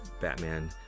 Batman